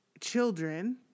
children